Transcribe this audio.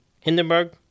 Hindenburg